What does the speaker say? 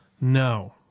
No